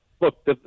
look